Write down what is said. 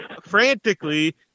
frantically